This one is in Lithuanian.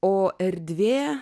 o erdvė